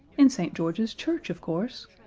in st. george's church, of course.